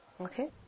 okay